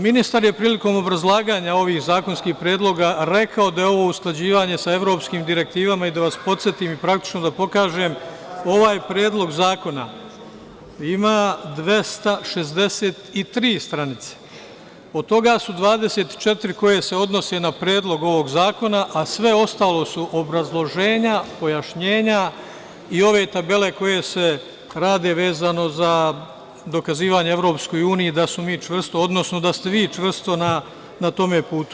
Ministar je prilikom obrazlaganja ovih zakonskih predloga rekao da je ovo usklađivanje sa evropskim direktivama i, da vas podsetim i praktično da pokažem, ovaj Predlog zakona ima 263 stranice, od toga su 24 koje se odnose na Predlog zakona, a sve ostalo su obrazloženja, pojašnjenja i ove tabele koje se rade vezano za dokazivanje Evropskoj uniji da smo mi čvrsto, odnosno da ste vi čvrsto na tome putu.